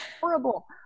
Horrible